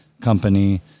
company